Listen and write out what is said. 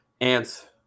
ants